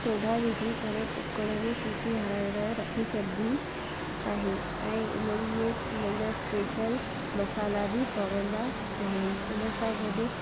soda विझी करे cooker में सीटी हड़ाइण लाए रखी छॾबी आहे ऐं उननि में उननि जा स्पेशल मसाला बि पवंदा आहिनि उन सां गॾु